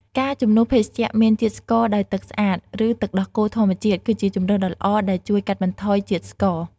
ការជំនួសភេសជ្ជៈមានជាតិស្ករដោយទឹកស្អាត ឬទឹកដោះគោធម្មតា គឺជាជម្រើសដ៏ល្អដែលជួយកាត់បន្ថយជាតិស្ករ។